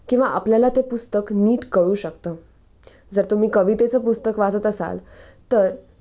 किंवा आपल्याला ते पुस्तक नीट कळू शकतं जर तुम्ही कवितेचं पुस्तक वाचत असाल तर